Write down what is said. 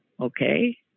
Okay